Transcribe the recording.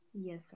yes